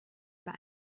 bei